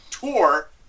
tour